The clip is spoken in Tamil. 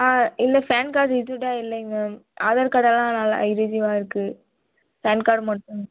ஆ இல்லை பேன் கார்டு ரிஸீவ்டாக இல்லைங்க மேம் ஆதார் கார்டு தான் ரிஸீவ் ஆயிருக்கு பேன் கார்டு மட்டும்